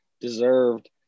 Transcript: deserved